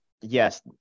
yes